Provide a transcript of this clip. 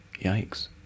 Yikes